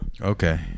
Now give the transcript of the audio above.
Okay